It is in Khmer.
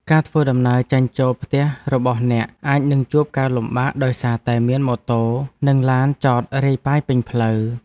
ការធ្វើដំណើរចេញចូលផ្ទះរបស់អ្នកអាចនឹងជួបការលំបាកដោយសារតែមានម៉ូតូ និងឡានចតរាយប៉ាយពេញផ្លូវ។